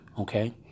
okay